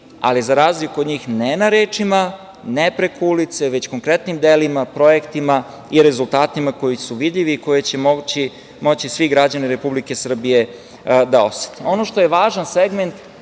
ali za razliku od njih ne na rečima, ne preko ulice, već konkretnim delima, projektima i rezultatima koji su vidljivi i koje će moći svi građani Republike Srbije da osete. Ono što je važan segment,